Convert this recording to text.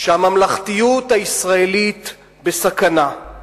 שהממלכתיות הישראלית בסכנה,